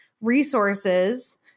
resources